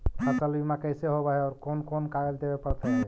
फसल बिमा कैसे होब है और कोन कोन कागज देबे पड़तै है?